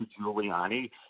Giuliani